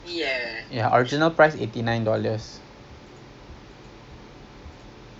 susah um okay lah we put it about three o'clock kita jumpa